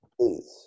please